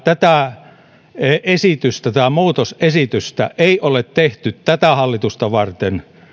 tätä muutosesitystä ei ole tehty tätä hallitusta varten